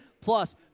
Plus